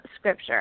scripture